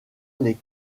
les